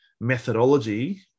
methodology